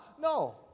No